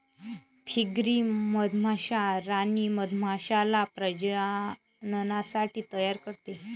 फ्रीकरी मधमाश्या राणी मधमाश्याला प्रजननासाठी तयार करते